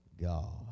God